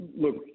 look